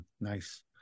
Nice